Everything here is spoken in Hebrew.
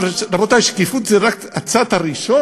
אבל, רבותי, שקיפות זה רק הצעד הראשון.